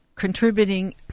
contributing